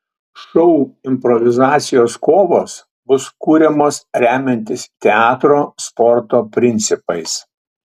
šou improvizacijos kovos bus kuriamas remiantis teatro sporto principais